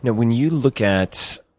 when you look at